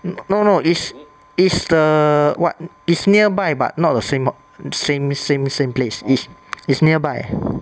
um no no is is the what is nearby but not the same on~ same same same place is is nearby